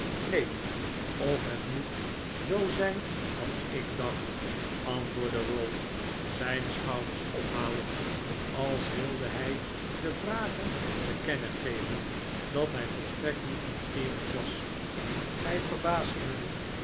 neen of het moet zoo zijn als ik dacht antwoordde ralph zijn schouders ophalend als wilde hij den vrager te kennen geven dat hij volstrekt niet nieuwsgierig was gij verbaast mij